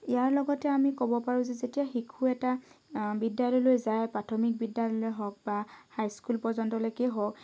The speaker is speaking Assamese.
ইয়াৰ লগতে আমি ক'ব পাৰো যে যেতিয়া শিশু এটা বিদ্যালয়লৈ যায় প্ৰাথমিক বিদ্যালৈয়ে হওক বা হাই স্কুল পৰ্যন্তলৈকেয়ে হওক